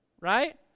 right